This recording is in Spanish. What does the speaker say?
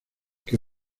que